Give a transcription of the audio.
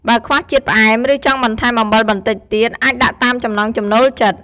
បើខ្វះជាតិផ្អែម ឬចង់បន្ថែមអំបិលបន្តិចទៀត អាចដាក់តាមចំណង់ចំណូលចិត្ត។